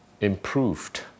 improved